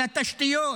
על התשתיות